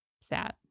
Sad